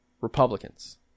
Republicans